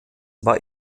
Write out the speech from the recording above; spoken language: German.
war